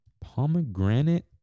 Pomegranate